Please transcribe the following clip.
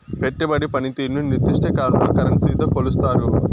పెట్టుబడి పనితీరుని నిర్దిష్ట కాలంలో కరెన్సీతో కొలుస్తారు